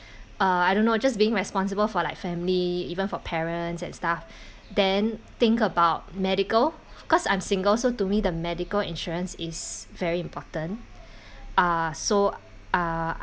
uh I don't know just being responsible for like family even for parents and stuff then think about medical cause I'm single so to me the medical insurance is very important uh so uh